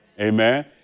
Amen